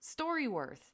StoryWorth